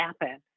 happen